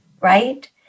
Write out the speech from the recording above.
right